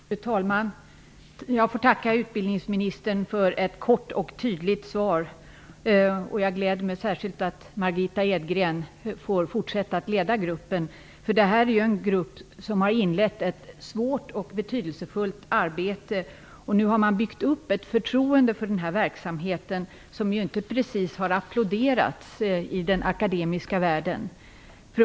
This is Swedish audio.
Fru talman! Jag får tacka utbildningsministern för ett kort och tydligt svar. Jag gläder mig särskilt åt att Margitta Edgren får fortsätta att leda JÄST-gruppen. Denna grupp har inlett ett svårt och betydelsefullt arbete. Nu har man byggt upp ett förtroende för den här verksamheten, som ju inte precis har applåderats i den akademiska världen.